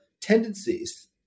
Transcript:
tendencies